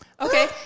Okay